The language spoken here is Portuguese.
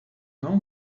não